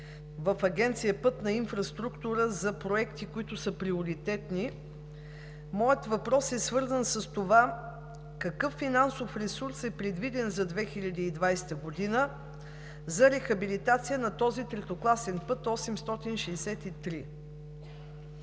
в Агенция „Пътна инфраструктура“ за проекти, които са приоритетни, моят въпрос е свързан с това: какъв финансов ресурс е предвиден за 2020 г. за рехабилитация на този третокласен път – 863?